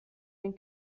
den